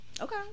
Okay